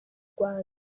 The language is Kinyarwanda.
rwanda